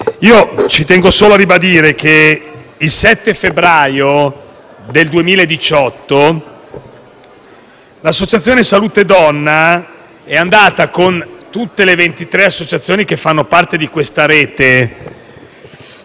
Ci tengo solo a ribadire che il 7 febbraio 2018 l'Associazione salute donna, assieme a tutte le 23 associazioni che fanno parte di questa rete